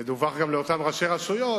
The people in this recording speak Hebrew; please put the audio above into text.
ודווח גם לאותם ראשי רשויות,